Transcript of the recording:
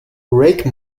rake